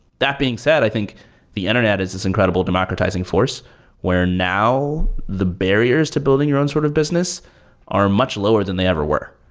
that being said, i think the internet has this incredible democratizing force where now the barriers to building your own sort of business are much lower than they ever were,